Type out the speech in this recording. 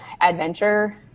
adventure